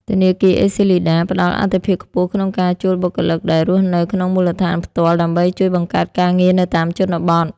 ធនាគារ អេស៊ីលីដា (ACLEDA) ផ្តល់អាទិភាពខ្ពស់ក្នុងការជួលបុគ្គលិកដែលរស់នៅក្នុងមូលដ្ឋានផ្ទាល់ ដើម្បីជួយបង្កើតការងារនៅតាមជនបទ។